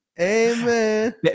Amen